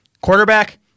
Quarterback